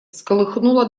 всколыхнула